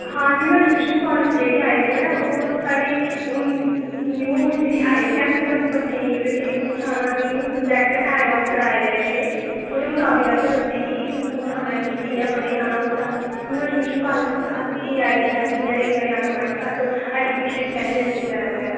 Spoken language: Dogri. हां न्यू ऐजूकेशन जेह्ड़ी पॉलिसी आई दी ऐ ओह् में साढ़ी न्यू आईडी ऐ जेह्दे च उनेंगी समझाना की ओह्दे मताबक असें बच्चे गी समझाना ते पढ़ियै आना ते न्यू ऐजूकेशन पॉलिसी ते एआई आर्टीफिशयल इंटेलीजेंसी बगैरा बगैरा